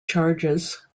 charges